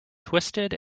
twisted